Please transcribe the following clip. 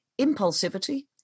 impulsivity